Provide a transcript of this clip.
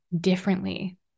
differently